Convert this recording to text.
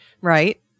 Right